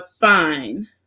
fine